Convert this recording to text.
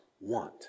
want